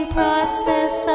process